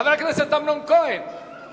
חבר הכנסת אמנון כהן,